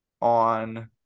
on